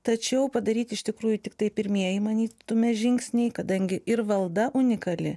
tačiau padaryti iš tikrųjų tiktai pirmieji manytume žingsniai kadangi ir valda unikali